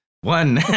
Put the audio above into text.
One